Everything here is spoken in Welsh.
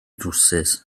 drywsus